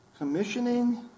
Commissioning